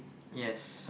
yes